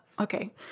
Okay